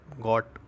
got